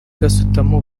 gasutamo